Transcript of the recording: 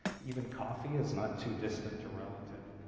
even coffee is not too distant a relative.